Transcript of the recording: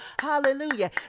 hallelujah